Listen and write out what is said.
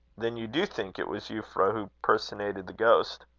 then you do think it was euphra who personated the ghost?